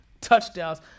touchdowns